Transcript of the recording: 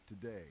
today